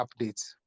updates